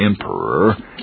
emperor